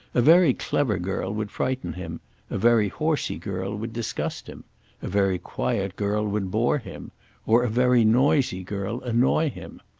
a very clever girl would frighten him a very horsey girl would disgust him a very quiet girl would bore him or a very noisy girl annoy him.